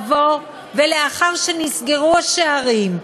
ולאחר שנסגרו השערים,